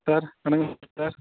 sir வணக்கம் sir